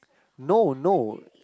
no no